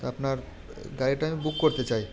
তো আপনার গাড়িটা বুক করতে চাই